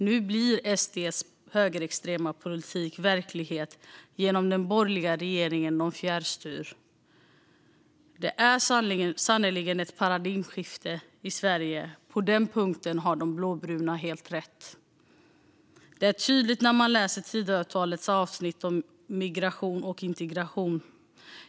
Nu blir SD:s högerextrema politik verklighet genom den borgerliga regering de fjärrstyr. Det sker sannerligen ett paradigmskifte i Sverige; på den punkten har de blåbruna helt rätt. Detta är tydligt när man läser Tidöavtalets avsnitt om migration och integration.